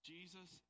Jesus